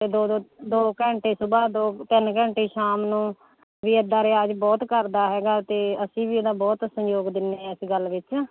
ਇਹ ਦੋ ਦੋ ਦੋ ਘੰਟੇ ਸੁਬਾਹ ਦੋ ਤਿੰਨ ਘੰਟੇ ਸ਼ਾਮ ਨੂੰ ਵੀ ਇੱਦਾਂ ਰਿਆਜ਼ ਬਹੁਤ ਕਰਦਾ ਹੈਗਾ ਅਤੇ ਅਸੀਂ ਵੀ ਇਹਦਾ ਬਹੁਤ ਸਹਿਯੋਗ ਦਿੰਦੇ ਹਾਂ ਇਸ ਗੱਲ ਵਿੱਚ